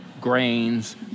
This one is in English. grains